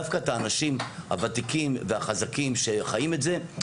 דווקא את האנשים הוותיקים והחזקים שחיים את זה,